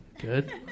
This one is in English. Good